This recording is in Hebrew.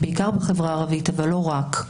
בעיקר בחברה הערבית אבל לא רק,